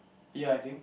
ya I think